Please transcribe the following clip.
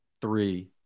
Three